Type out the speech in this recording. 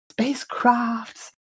spacecrafts